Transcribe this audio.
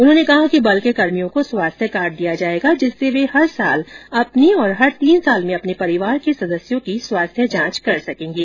उन्होंने कहा कि बल के कर्मियों को स्वास्थ्य कार्ड दिया जायेगा जिससे वे हर साल अपनी और हर तीन साल में अपने परिवार के सदस्यों की स्वास्थ्य जांच कर सकेंगे